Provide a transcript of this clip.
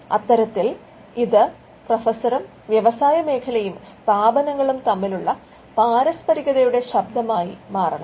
അത്തരത്തിൽ ഇത് പ്രൊഫസറും വ്യവസായ മേഖലയും സ്ഥാപനങ്ങളും തമ്മിലുള്ള പാരസ്പരികതയുടെ ശബ്ദമായി മാറണം